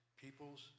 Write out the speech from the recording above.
peoples